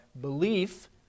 belief